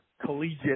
Collegiate